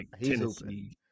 Tennessee